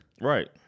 Right